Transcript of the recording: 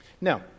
Now